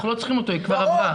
אנחנו לא צריכים, היא כבר עברה.